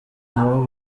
aho